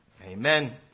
Amen